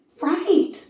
Right